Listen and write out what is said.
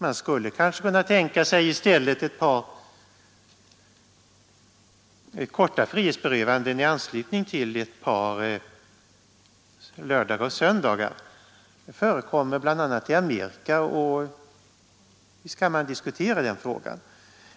Man skulle kanske i stället kunna tänka sig ett par korta frihetsberövanden i anslutning till några lördagar och söndagar. Det förekommer bl.a. i Amerika, och visst kan vi diskutera den frågan också här.